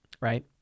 Right